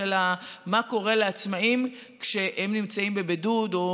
מה קורה לעצמאים כשהם נמצאים בבידוד או